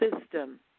system